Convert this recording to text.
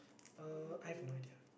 uh I have no idea